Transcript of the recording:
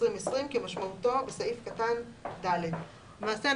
2020 כמשמעותו בסעיף קטן (ד).״; למעשה,